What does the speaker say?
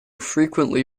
frequently